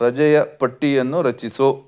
ರಜೆಯ ಪಟ್ಟಿಯನ್ನು ರಚಿಸು